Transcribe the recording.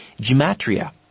gematria